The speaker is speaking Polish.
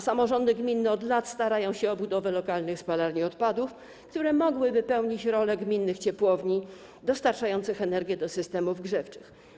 Samorządy gminne od lat starają się o budowę lokalnych spalarni odpadów, które mogłyby pełnić funkcję gminnych ciepłowni dostarczających energię do systemów grzewczych.